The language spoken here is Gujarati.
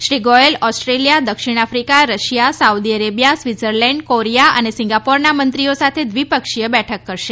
શ્રી ગોયલ ઓસ્ટ્રેલિયા દક્ષિણ Africa Russia Saudi Arabia Switzerland Korea અને સિંગાપોરના મંત્રીઓ સાથે દ્વિપક્ષીય બેઠક કરશે